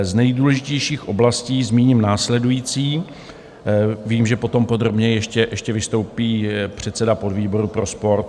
Z nejdůležitějších oblastí zmíním následující vím, že potom podrobněji ještě vystoupí předseda podvýboru pro sport.